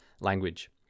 language